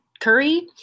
Curry